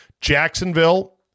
Jacksonville